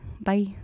Bye